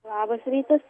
labas rytas